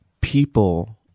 people